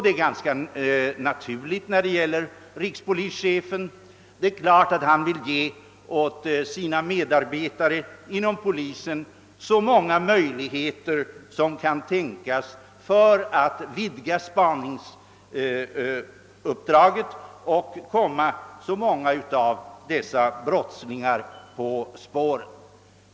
Det är ganska naturligt i fråga om rikspolischefen, ty det är klart att han vill ge sina medarbetare inom polisen så många möjligheter som tänkas kan för att vidga spaningsuppdraget och komma så många som möjligt av brottslingarna på spåren.